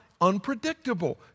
unpredictable